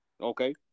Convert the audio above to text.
Okay